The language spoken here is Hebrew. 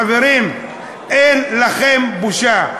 חברים, אין לכם בושה.